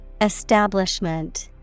Establishment